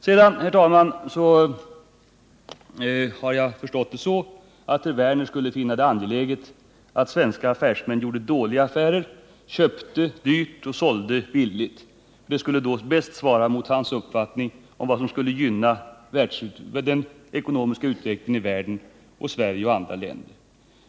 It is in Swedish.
Sedan, herr talman, har jag förstått det så att herr Werner skulle finna det angeläget att svenska affärsmän gjorde dåliga affärer, köpte dyrt och sålde billigt. Det skulle bäst svara mot hans uppfattning om vad som skulle gynna den ekonomiska utvecklingen i världen, i Sverige lika väl som i andra länder.